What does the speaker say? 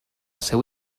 seu